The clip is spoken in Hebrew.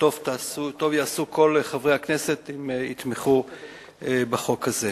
וטוב יעשו כל חברי הכנסת אם יתמכו בחוק הזה.